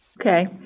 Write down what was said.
Okay